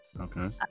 Okay